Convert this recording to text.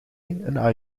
een